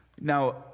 Now